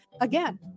Again